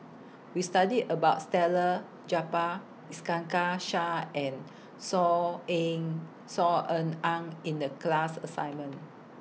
We studied about stealer Japar Iskandar Shah and Saw in Saw Ean Ang in The class assignment